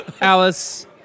Alice